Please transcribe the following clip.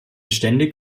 ständig